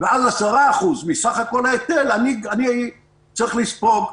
ואז 10% מסך כל ההיטל אני צריך לספוג.